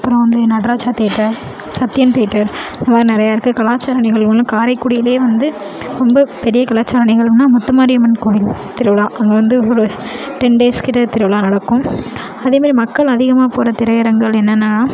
அப்பறம் வந்து Natraja theatre Sathyam theatre அதுமாதிரி நிறையா இருக்கு கலாச்சார நிகழ்வுகள்லாம் காரைக்குடியிலேயே வந்து ரொம்ப பெரிய கலாச்சார நிகழ்வுகள்னா முத்து மாரியம்மன் கோவில் திருவிழா அங்கே வந்து டென் டேஸ் கிட்டே திருவிழா நடக்கும் அதேமாதிரி மக்கள் அதிகமாக போகிற திரையரங்குகள் என்னென்னனா